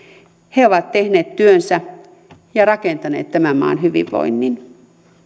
he ovat tehneet työnsä ja rakentaneet tämän maan hyvinvoinnin